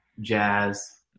Jazz